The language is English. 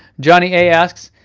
johnny a asks,